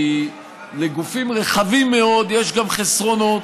כי לגופים רחבים מאוד יש גם חסרונות.